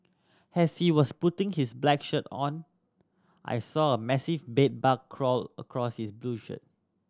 as he was putting his back shirt on I saw a massive bed bug crawl across his blue shirt